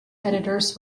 editors